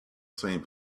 same